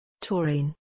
Taurine